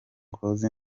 close